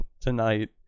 tonight